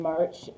March